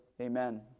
Amen